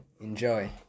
Enjoy